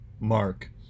mark